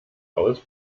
aus